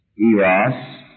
Eros